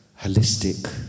holistic